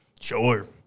sure